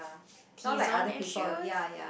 T zone issue